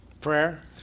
prayer